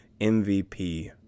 MVP